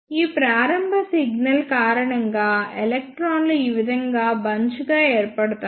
ఈ ప్రారంభ సిగ్నల్ కారణంగా ఎలక్ట్రాన్ లు ఈ విధంగా బంచ్ గా ఏర్పడుతాయి